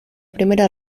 primera